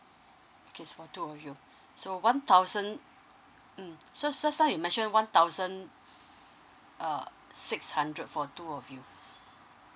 okay so for two of you so one thousand mm so so just now you mention one thousand uh six hundred for two of you